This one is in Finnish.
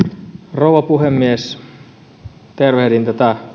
rouva puhemies tervehdin